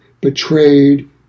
betrayed